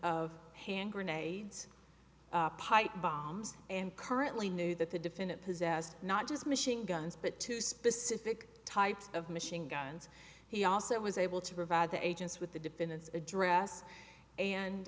of hand grenades pipe bombs and currently knew that the defendant possessed not just machine guns but to specific types of machine guns he also was able to provide the agents with the defendant's address